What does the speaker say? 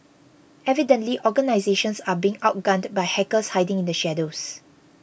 evidently organisations are being outgunned by hackers hiding in the shadows